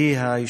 6016 ו-6034.